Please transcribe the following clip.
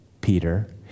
Peter